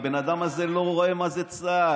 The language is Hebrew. הבן אדם הזה לא רואה מה זה צה"ל,